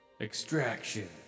Extraction